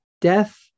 Death